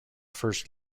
first